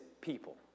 people